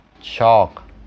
Chalk